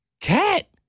Cat